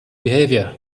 behavior